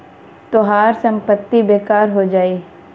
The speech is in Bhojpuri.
तोहार संपत्ति बेकार हो जाई